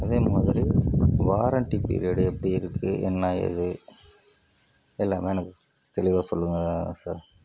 அதே மாதிரி warranty period எப்படி இருக்குது என்ன ஏது எல்லாமே எனக்கு தெளிவாக சொல்லுங்கள் சார்